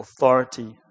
authority